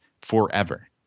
forever